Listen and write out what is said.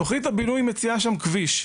תוכנית הבינוי מציעה שם כביש.